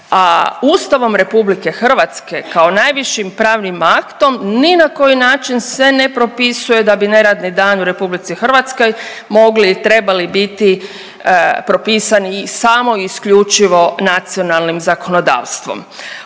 a Ustavom RH kao najvišim pravnim aktom ni na koji način se ne propisuje da bi neradni dani u RH mogli i trebali biti propisani samo i isključivo nacionalnim zakonodavstvom.